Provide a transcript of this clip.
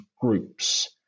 groups